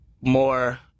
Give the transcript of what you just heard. more